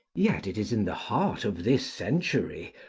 yet, it is in the heart of this century,